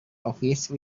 office